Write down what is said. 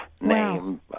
name